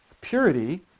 purity